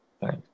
Thanks